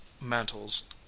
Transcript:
mantles